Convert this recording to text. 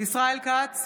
ישראל כץ,